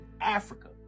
Africa